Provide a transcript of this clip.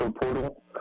portal